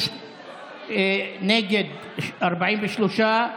נגד, 43,